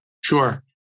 Sure